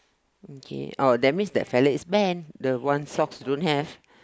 okay oh that means that fella is banned the one socks don't have